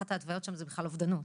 אחת ההתוויות שם היא בכלל אובדנות.